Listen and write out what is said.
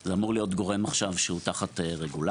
זה אמור להיות גורם שהוא עכשיו תחת רגולציה,